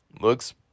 Looks